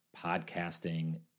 podcasting